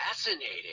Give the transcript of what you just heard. Fascinating